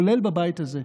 כולל בבית הזה.